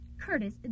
Curtis